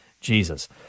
Jesus